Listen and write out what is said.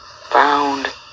found